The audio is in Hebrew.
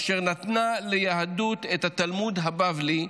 אשר נתנה ליהדות את התלמוד הבבלי,